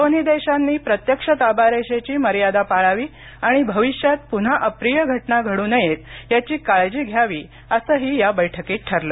दोन्ही देशांनी प्रत्यक्ष ताबा रेषेची मर्यादा पाळावी आणि भविष्यात पुन्हा अप्रिय घटना घडू नयेत याची काळजी घ्यावी असं ही या बैठकीत ठरलं